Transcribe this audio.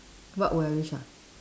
what would I wish ah